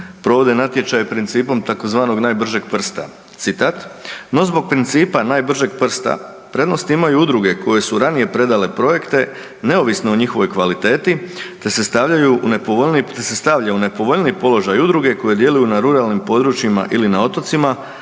provode natječaji principom tzv. najbržeg prsta. Citat: